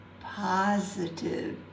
positive